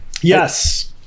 Yes